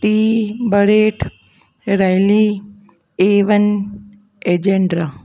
T बरेट रैली एवन एजेंड्रा